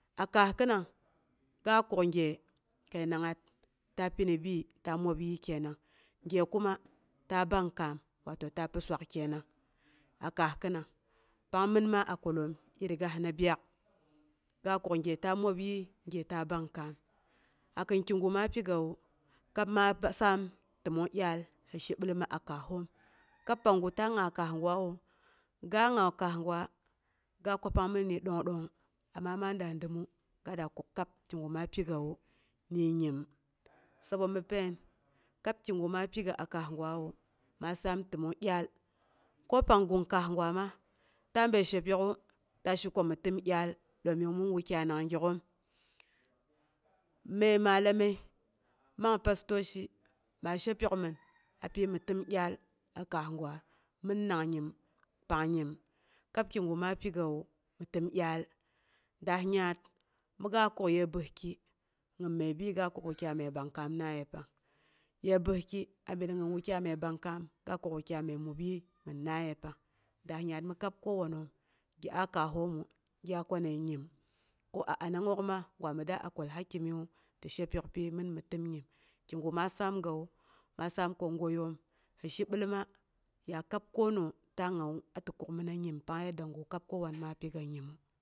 A kaas khinang, ga kukgye kəinangng'at ta pi ni bi, ta mobyii kenang. Gye kuma ta ɓangkaam wato ta pi swak kenang a kaas khinang, pang mɨn ma a kwaltoom irigasna ɓyak, ga kuk gye ta mobyii, gye ta bang kaam. Akin kigu ma pigawu kab ma saam təmong dyaal, mi shibilma a kaasoom, kab panggu ta nga kaas gwawu, ga nga kaas gwa, ga kwa pang mon ni dong dongng, anma ma daa dəmu, ga da kuk kab kigu ma pigawu ni nyim. Sabo mi pain kab kigu ma piga a kaas gwama, ta bəri shepyok'u ko ta ke ko mi təm dyaal, domin mon wukyainang gyak'oom, məi mallaməi man pastoci, ma shepyou min apyi ti mi təm dyaal. kaas gwa min nang nyim pang nyim, kab kigu ma pigawu mi təm dyaal. Daah yaat mi ga kukyəi bəski gin məi bi ga kwa wukyai məi bang kaamna yepang. Ye bəski abi nigin wukyai məi ɓangkaam ga kuk wukyai məi mubyi mɨnna yepang. Yaat mi kab kowanoom gi a kassommu, gya ni nyim ko a anangngok ma, mi da a kwal hakiniwu, ti she yok pyi min mi təm nyim kigu ma saamgawu maa saam ko gaiyoom, hi shi biloma ya kab ko nooh ta ngawu ati kuku mina nyim. Pang yadda gu kab kowan ma kab kowan ko.